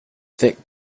thick